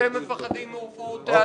אתם מפחדים מהופעות תיאטרון.